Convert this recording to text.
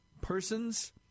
persons